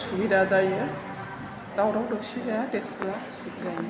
सुबिदा जायो दावराव दावसि जाया देसफ्रा सुख जायो